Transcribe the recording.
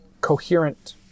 coherent